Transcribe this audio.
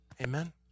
Amen